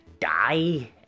die